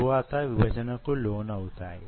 తరువాత విభజనకు లోనవుతాయి